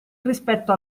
rispetto